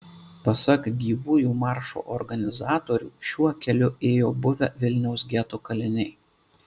pasak gyvųjų maršo organizatorių šiuo keliu ėjo buvę vilniaus geto kaliniai